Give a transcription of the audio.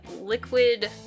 liquid